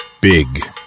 Big